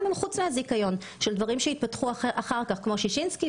גם דברים שהתפתחו אחר כך כמו ששינסקי,